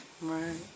Right